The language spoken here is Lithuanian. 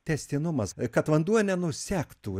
tęstinumas kad vanduo nenusektų